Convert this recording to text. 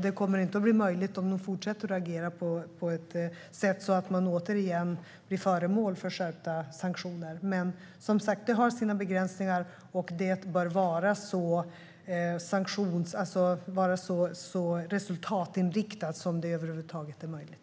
detta inte blir möjligt om de fortsätter att agera på ett sätt så att de återigen blir föremål för skärpta sanktioner. Men, som sagt, detta har sina begränsningar, och det bör vara så resultatinriktat som det över huvud taget är möjligt.